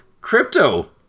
Crypto